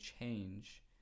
change